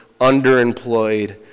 underemployed